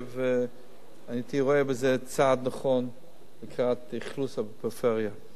אני הייתי רואה בזה צעד נכון מבחינת אכלוס הפריפריה.